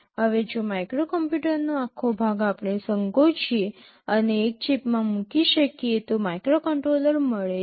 હવે જો માઇક્રોકોમ્પ્યુટરનો આખો ભાગ આપણે સંકોચીએ અને એક જ ચિપમાં મૂકી શકીએ તો માઇક્રોકન્ટ્રોલર મળે છે